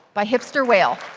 by hipster whale.